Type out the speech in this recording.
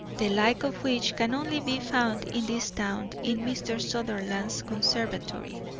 the like of which can only be found in this town in mr. sutherland's conservatory.